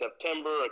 September